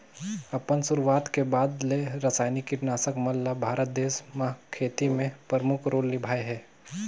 अपन शुरुआत के बाद ले रसायनिक कीटनाशक मन ल भारत देश म खेती में प्रमुख रोल निभाए हे